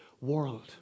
world